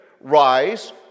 Rise